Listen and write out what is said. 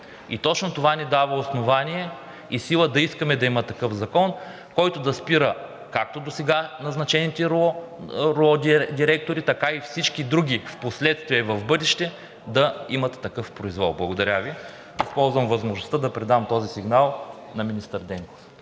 точно това ни дава основание и сила да искаме да има такъв закон, който да спира както досега назначените от РУО директори, така и всички други впоследствие и в бъдеще да имат такъв произвол. Благодаря Ви. Използвам възможността да предам този сигнал на министър Денков.